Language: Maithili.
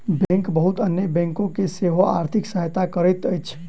बैंक बहुत अन्य बैंक के सेहो आर्थिक सहायता करैत अछि